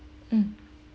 mm